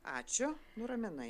ačiū nuraminai